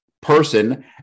person